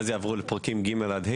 אחר כך יעברו לפרקים ג'-ה',